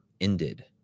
ended